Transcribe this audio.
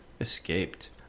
escaped